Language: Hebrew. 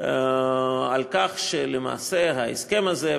על כך שלמעשה ההסכם הזה,